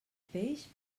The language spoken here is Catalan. peix